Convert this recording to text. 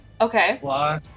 Okay